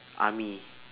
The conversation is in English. army